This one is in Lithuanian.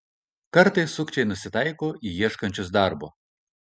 kartais sukčiai nusitaiko į ieškančius darbo